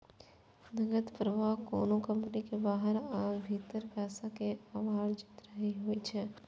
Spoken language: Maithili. नकद प्रवाह कोनो कंपनी के बाहर आ भीतर पैसा के आवाजही होइ छै